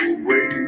away